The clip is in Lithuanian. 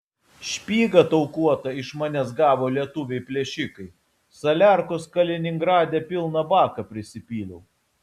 špygą taukuotą iš manęs gavo lietuviai plėšikai saliarkos kaliningrade pilną baką prisipyliau